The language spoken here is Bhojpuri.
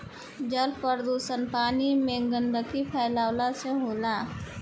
जल प्रदुषण पानी में गन्दगी फैलावला से होला